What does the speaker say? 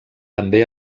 també